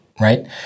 right